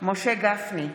משה גפני,